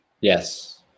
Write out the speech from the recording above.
Yes